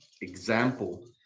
example